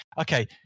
Okay